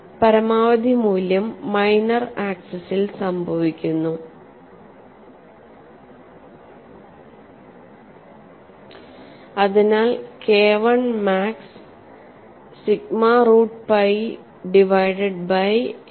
പരമാവധി മൂല്യം മൈനർ ആക്സിസിൽ സംഭവിക്കുന്നു അതിനാൽ K I max sigma root pi divided by A divided by I 2 ആണ്